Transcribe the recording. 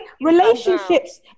relationships